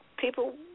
people